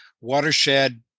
watershed